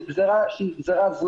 היא גזרה זמנית,